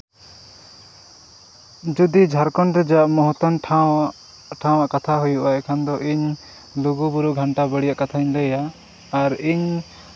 ᱡᱩᱫᱤ ᱡᱷᱟᱲᱠᱷᱚᱸᱰ ᱨᱮᱭᱟᱜ ᱢᱚᱦᱚᱛᱟᱱ ᱴᱷᱟᱶ ᱴᱷᱟᱶᱟᱜ ᱠᱟᱛᱷᱟ ᱦᱩᱭᱩᱜᱼᱟ ᱮᱱᱠᱷᱟᱱ ᱫᱚ ᱤᱧ ᱞᱩᱜᱩᱼᱵᱩᱨᱩ ᱜᱷᱟᱱᱴᱟ ᱵᱟᱲᱮᱭᱟᱜ ᱠᱟᱛᱷᱟᱧ ᱞᱟᱹᱭᱟ ᱟᱨ ᱤᱧ